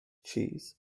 cheese